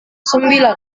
sembilan